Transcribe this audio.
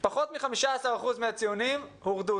פחות מ-15% מהציונים הורדו,